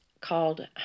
called